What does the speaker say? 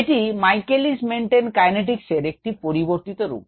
এটি Michaelis Menten kinetic এর একটি পরিবর্তিত রূপ